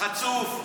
חצוף.